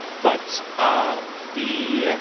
but ah the yeah